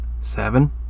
Seven